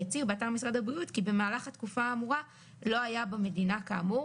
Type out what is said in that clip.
והצהיר באתר משרד הבריאות כי במהלך התקופה האמורה לא היה במדינה כאמור.